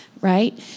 right